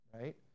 right